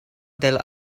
del